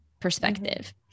perspective